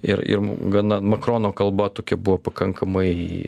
ir ir gana makrono kalba tokia buvo pakankamai